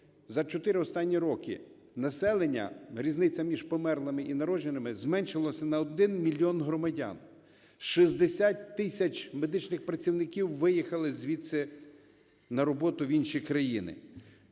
за чотири останні роки населення, різниця між померлими і народжуваними зменшилася на 1 мільйон громадян, 60 тисяч медичних працівників виїхали звідси на роботу в інші країни.